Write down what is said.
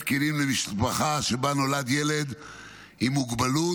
כלים למשפחה שבה נולד ילד עם מוגבלות,